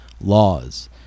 laws